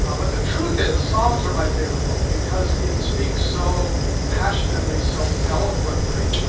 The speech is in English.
ah but the truth is psalms are my favorite book because it speaks so passionately, so eloquently,